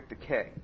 decay